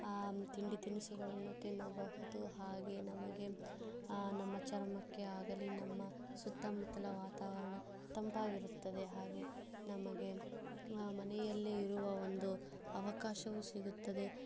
ತಿಂಡಿ ತಿನಿಸುಗಳನ್ನು ತಿನ್ನಬಹುದು ಹಾಗೆ ನಮಗೆ ನಮ್ಮ ಚರ್ಮಕ್ಕೆ ಆಗಲಿ ನಮ್ಮ ಸುತ್ತಮುತ್ತಲ ವಾತಾವರಣ ತಂಪಾಗಿ ಇರುತ್ತದೆ ಹಾಗೆ ನಮಗೆ ಮನೆಯಲ್ಲೇ ಇರುವ ಒಂದು ಅವಕಾಶವು ಸಿಗುತ್ತದೆ